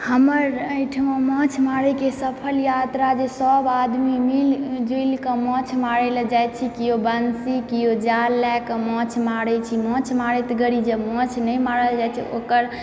हमर एहिठमा माछ मारयके सफल यात्रा जे सभ आदमी मिलजुलिकऽ माछ मारयलऽ जैत छी केओ बंसी केओ जाल लएकऽ माछ मारैत छी माछ मारैत घड़ी जे माछ नहि मारल जाइ छै ओकर